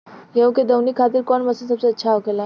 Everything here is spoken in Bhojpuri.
गेहु के दऊनी खातिर कौन मशीन सबसे अच्छा होखेला?